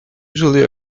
usually